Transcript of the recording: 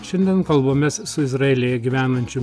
šiandien kalbomis su izraelyje gyvenančiu